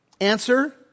Answer